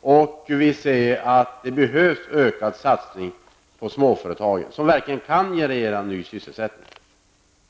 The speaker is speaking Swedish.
och vi ser att det behövs en ökad satsning på småföretagen, som verkligen kan generera ny sysselsättning?